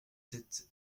sept